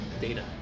data